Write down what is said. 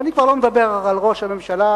ואני כבר לא מדבר על ראש הממשלה